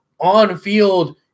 on-field